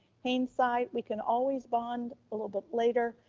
haynes' side. we can always bond a little bit later,